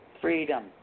freedom